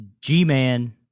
G-Man